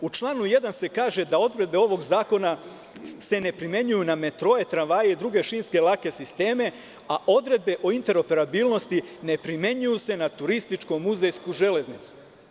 U članu 1. se kaže da odredbe ovog zakona se ne primenjuju na metroe, tramvaje i druge šinske lake sisteme, a odredbe o interoperabilnosti ne primenjuju se na turističko-muzejsku železnicu.